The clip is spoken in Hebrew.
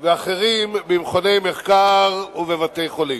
ואחרים במכוני מחקר ובבתי-חולים.